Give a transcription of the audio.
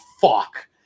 fuck